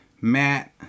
Matt